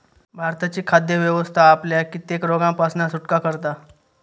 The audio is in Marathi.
भारताची खाद्य व्यवस्था आपल्याक कित्येक रोगांपासना सुटका करता